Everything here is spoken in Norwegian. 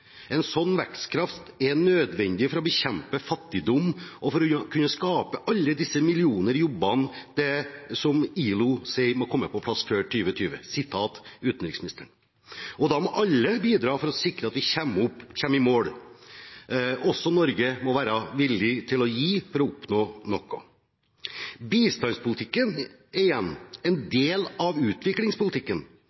vekstkraft er nødvendig for å bekjempe fattigdom og for å kunne skape alle de nye 600 millioner jobbene den internasjonale arbeidsorganisasjonen ILO sier må komme på plass før 2020. Alle må bidra for å sikre at vi kommer i mål med Doha-utviklingsrunden. Også Norge må være villig til å gi for å oppnå noe.» Bistandspolitikken er igjen en